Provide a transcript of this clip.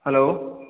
hello